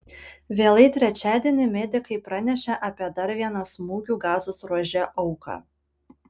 vėlai trečiadienį medikai pranešė apie dar vieną smūgių gazos ruože auką